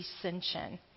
ascension